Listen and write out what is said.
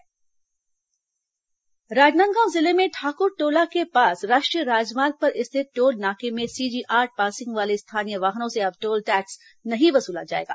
toll नाका free Rajnandgaon जिले में ठाक्रटोला के पास राष्ट्रीय राजमार्ग पर स्थित टोल नाके में सीजी आठ पासिंग वाले स्थानीय वाहनों से अब टोल टैक्स नहीं वसूला जाएगा